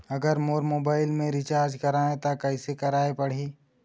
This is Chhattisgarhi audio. अगर मोर मोबाइल मे रिचार्ज कराए त कैसे कराए पड़ही?